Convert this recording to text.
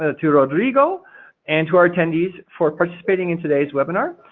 ah to rodrigo and to our attendees for participating in today's webinar.